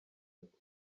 ati